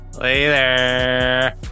Later